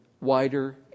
wider